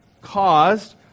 caused